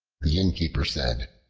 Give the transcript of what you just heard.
the innkeeper said,